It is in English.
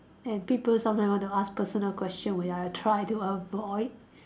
and people sometimes want to ask personal question when I try to avoid